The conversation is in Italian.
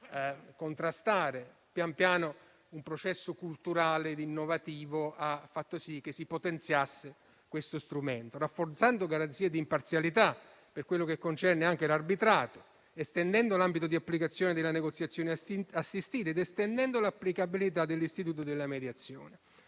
di contrastare, pian piano un processo culturale innovativo ha fatto sì che si potenziasse questo strumento, rafforzando le garanzie di imparzialità per quanto concerne anche l'arbitrato, estendendo l'ambito di applicazione della negoziazione assistita ed estendendo l'applicabilità dell'istituto della mediazione.